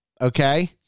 Okay